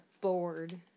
bored